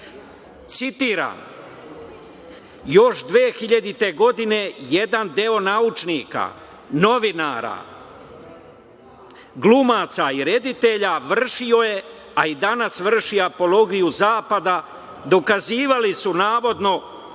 Citiram - još 2000. godine jedan deo naučnika, novinara, glumaca i reditelja vršio je, a i danas vrši apologiju zapada, dokazivali su navodno